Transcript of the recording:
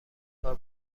کار